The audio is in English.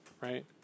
right